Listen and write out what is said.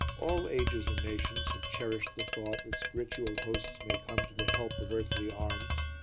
all ages and nations have cherished the thought that spiritual hosts may come to the help of earthly arms,